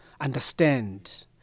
understand